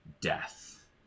death